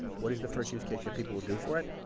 what is the first use case that people would do for it?